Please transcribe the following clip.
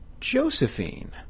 Josephine